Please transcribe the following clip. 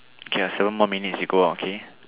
okay ah seven more minutes we go okay